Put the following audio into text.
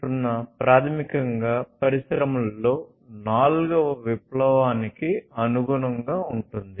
0 ప్రాథమికంగా పరిశ్రమలలో నాల్గవ విప్లవానికి అనుగుణంగా ఉంటుంది